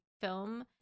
film